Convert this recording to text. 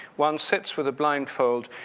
one sits with a blindfold,